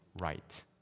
right